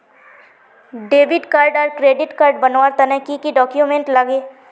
Debit आर credit card बनवार तने की की डॉक्यूमेंट लागे?